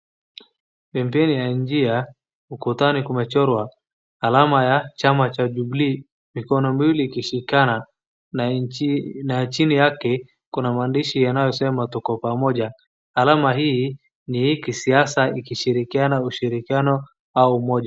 pembeni ya njia ukutani kumechrowa alama ya chama cha jubilee mikono mbili ikishikana na chini yake kuna mandishi yanayosema tuko pamoja alami hii ni ya kisiasa ikishirikiana ushirikiano ama umoja